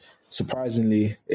surprisingly